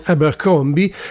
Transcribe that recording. Abercrombie